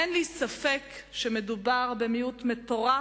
אין לי ספק שמדובר במיעוט מטורף,